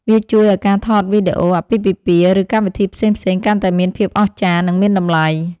វាជួយឱ្យការថតវីដេអូអាពាហ៍ពិពាហ៍ ឬកម្មវិធីផ្សេងៗកាន់តែមានភាពអស្ចារ្យ និងមានតម្លៃ។